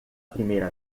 primeira